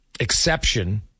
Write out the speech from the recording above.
exception